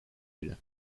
bile